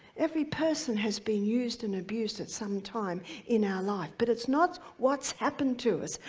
every person has been used and abused at some time in our life, but it's not what's happened to us.